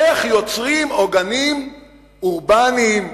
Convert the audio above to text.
איך יוצרים עוגנים אורבניים?